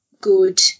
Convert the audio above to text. Good